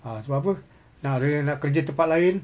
ah sebab apa nak dia nak kerja tempat lain